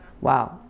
Wow